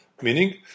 meaning